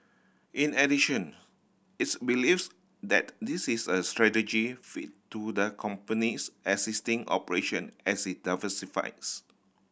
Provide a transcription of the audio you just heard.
in addition its believes that this is a strategy fit to the company's existing operation as it diversifies